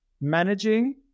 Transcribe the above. managing